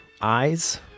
eyes